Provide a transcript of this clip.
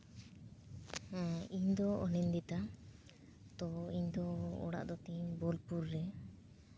ᱦᱮᱸ ᱤᱧ ᱫᱚ ᱚᱱᱤᱱᱫᱤᱛᱟ ᱛᱚ ᱤᱧ ᱫᱚ ᱚᱲᱟᱜ ᱫᱚᱛᱤᱧ ᱵᱳᱞᱯᱩᱨ ᱨᱮ